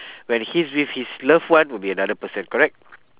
when he's with his loved one will be another person correct